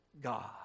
God